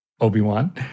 Obi-Wan